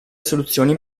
soluzioni